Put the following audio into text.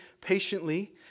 patiently